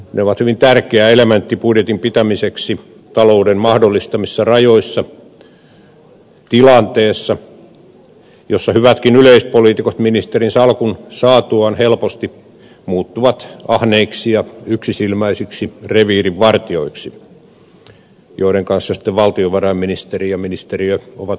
ne ovat hyvin tärkeä elementti budjetin pitämiseksi talouden mahdollistamissa rajoissa tilanteessa jossa hyvätkin yleispoliitikot ministerinsalkun saatuaan helposti muuttuvat ahneiksi ja yksisilmäisiksi reviirin vartijoiksi joiden kanssa sitten valtiovarainministeri ja ministeriö ovat vaikeuksissa